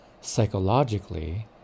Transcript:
Psychologically